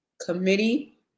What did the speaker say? committee